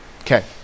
Okay